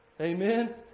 Amen